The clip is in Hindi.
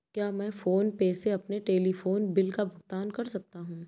क्या मैं फोन पे से अपने टेलीफोन बिल का भुगतान कर सकता हूँ?